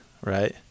right